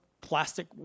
plastic